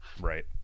Right